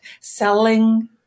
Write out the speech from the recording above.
Selling